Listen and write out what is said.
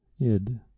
Id